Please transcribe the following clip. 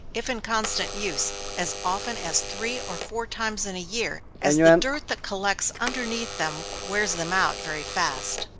if in constant use, as often as three or four times in a year, as the dirt that collects underneath them wears them out very fast.